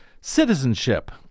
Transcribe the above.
citizenship